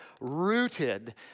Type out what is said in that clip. Rooted